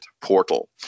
portal